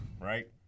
right